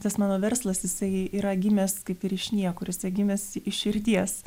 tas mano verslas jisai yra gimęs kaip ir iš niekur jisai gimęs iš širdies